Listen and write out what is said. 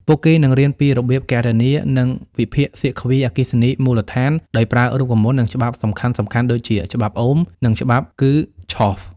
ពួកគេនឹងរៀនពីរបៀបគណនា និងវិភាគសៀគ្វីអគ្គិសនីមូលដ្ឋានដោយប្រើរូបមន្ត និងច្បាប់សំខាន់ៗដូចជា ច្បាប់អូម និងច្បាប់គឺឆហ្វ ។